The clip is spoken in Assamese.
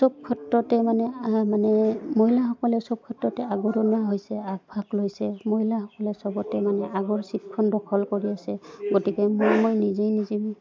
চব ক্ষেত্ৰতে মানে মানে মহিলাসকলে চব ক্ষেত্ৰতে আগৰণুৱা হৈছে আগভাগ লৈছে মহিলাসকলে চবতে মানে আগৰ শিক্ষণ দখল কৰি আছে গতিকে মোৰ মই নিজেই নিজে